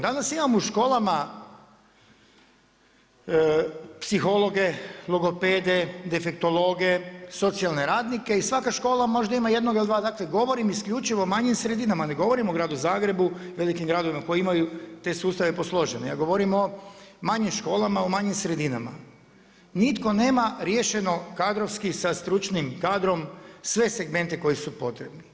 Danas imamo u školama psihologe, logopede, defektologe, socijalne radnike i svaka škola možda ima jednog ili dva, dakle govorim isključivo o manjim sredinama ne govorim o gradu Zagrebu, velikim gradovima koji imaju te sustave posložene, ja govorim o manjim školama u manjim sredinama, nitko nema riješeno kadrovski sa stručnim kadrom sve segmente koji su potrebni.